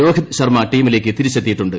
രോഹിത് ശർമ്മ ടീമിലേക്ക് തിരിച്ചെത്തിയിട്ടുണ്ട്